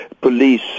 police